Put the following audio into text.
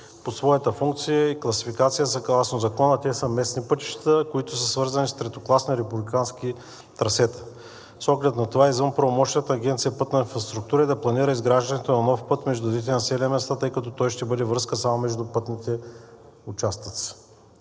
По своята функция и класификация съгласно закона те са местни пътища, които са свързани с третокласни републикански трасета. С оглед на това извън правомощията на Агенция „Пътна инфраструктура“ е да планира изграждането на нов път между Видин и населените места, тъй като той ще бъде връзка само между пътните участъци.